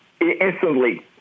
instantly